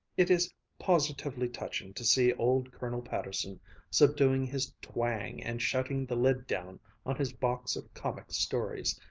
it is positively touching to see old colonel patterson subduing his twang and shutting the lid down on his box of comic stories.